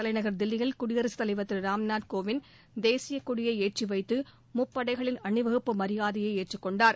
தலைநகர் தில்லியில் குடியரசுத்தலைவர் திரு ராம்நாத்கோவிந்த் தேசியக்கொடியை ஏற்றிவைத்து முப்படைகளின் அணிவகுப்பு மரியாதையை ஏற்றுக்கொண்டார்